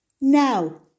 Now